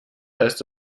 heißt